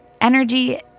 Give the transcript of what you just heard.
Energy